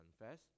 confess